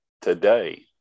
today